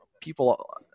people